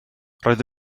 roedd